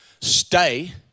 stay